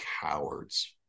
cowards